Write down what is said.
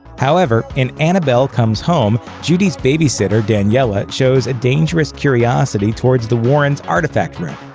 however, in annabelle comes home, judy's babysitter, daniela, shows a dangerous curiosity toward the warrens' artifact room.